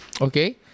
Okay